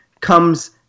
comes